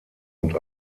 und